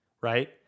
right